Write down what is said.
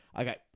Okay